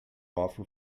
offer